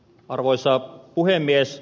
arvoisa puhemies